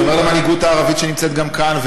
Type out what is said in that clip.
אני אומר למנהיגות הערבית שנמצאת גם כאן,